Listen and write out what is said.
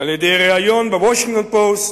על-ידי ריאיון ב"וושינגטון פוסט",